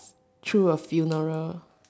through a funeral